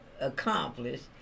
accomplished